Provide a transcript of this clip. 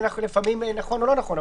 לפעמים הוא נכון או לא נכון.